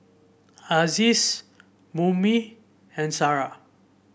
Aziz Murni and Sarah